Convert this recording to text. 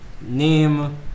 Name